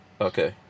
Okay